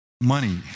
money